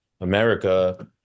America